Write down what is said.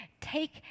take